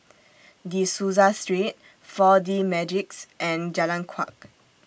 De Souza Street four D Magix and Jalan Kuak